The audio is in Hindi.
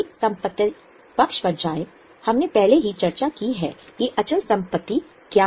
अब परिसंपत्ति पक्ष पर जाएं हमने पहले ही चर्चा की है कि अचल संपत्ति क्या है